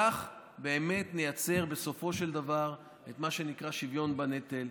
כך באמת נייצר בסופו של דבר את מה שנקרא "שוויון בנטל".